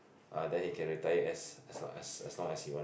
uh then he can retire as as long as as long as he want